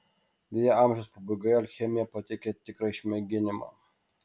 deja amžiaus pabaigoje alchemija pateikė tikrą išmėginimą